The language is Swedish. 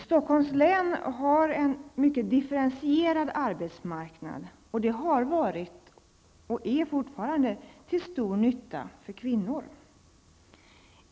Stockholms län har en mycket differentierad arbetsmarknad, och det har varit -- och är fortfarande -- till stor nytta för kvinnor.